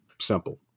simple